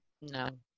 no